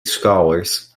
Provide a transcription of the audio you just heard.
scholars